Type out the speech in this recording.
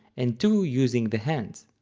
and two using the hands.